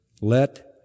let